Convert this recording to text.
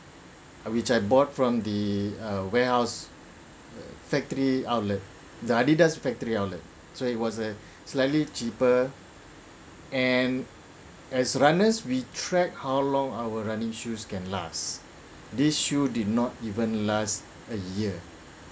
which I bought from the uh warehouse factory outlet the adidas factory outlet so it was a slightly cheaper and as runners we track how long our running shoes can last this shoe did not even last a year